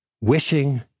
Wishing